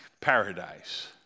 Paradise